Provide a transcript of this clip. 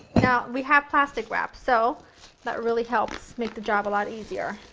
now, we have plastic wrap, so that really helps make the job a lot easier.